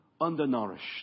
undernourished